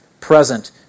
present